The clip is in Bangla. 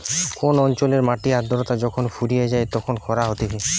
কোন অঞ্চলের মাটির আদ্রতা যখন ফুরিয়ে যায় তখন খরা হতিছে